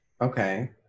Okay